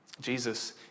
Jesus